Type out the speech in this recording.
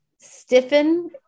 stiffen